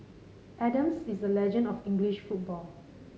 Adams is a legend of English football